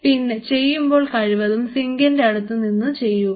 പിന്നെ ചെയ്യുമ്പോൾ കഴിവതും സിങ്കിന്റെ അടുത്തുനിന്ന് ചെയ്യുക